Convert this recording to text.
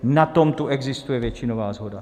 Na tom tu existuje většinová shoda.